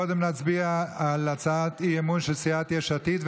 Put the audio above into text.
קודם נצביע על הצעת אי-אמון של סיעת יש עתיד,